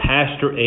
Pastor